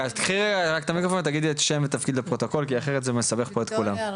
ויקטוריה הרוקחת,